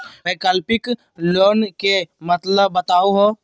वैकल्पिक लोन के मतलब बताहु हो?